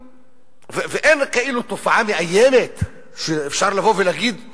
ואין כאילו תופעה מאיימת שאפשר לבוא ולהגיד,